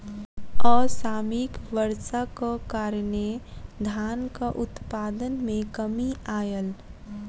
असामयिक वर्षाक कारणें धानक उत्पादन मे कमी आयल